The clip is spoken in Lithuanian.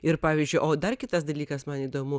ir pavyzdžiui o dar kitas dalykas man įdomu